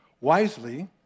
Wisely